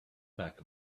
back